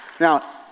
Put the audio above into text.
Now